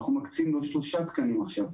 אנחנו מקצים לו שלושה תקנים עכשיו.